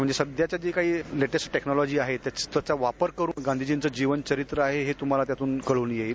म्हणजे सध्या जी काही लेटेस्ट टेक्नॉलॉजी आहे त्याचा वापर करुन गाधीजींच जीवनचरीत्र आहे ते त्यातून कळून येईल